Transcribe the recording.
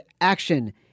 Action